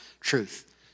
truth